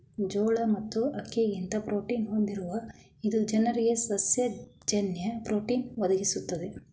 ಜೋಳ ಮತ್ತು ಅಕ್ಕಿಗಿಂತ ಪ್ರೋಟೀನ ಹೊಂದಿರುವ ಇದು ಜನರಿಗೆ ಸಸ್ಯ ಜನ್ಯ ಪ್ರೋಟೀನ್ ಒದಗಿಸ್ತದೆ